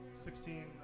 Sixteen